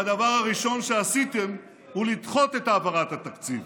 והדבר הראשון שעשיתם הוא לדחות את העברת התקציב.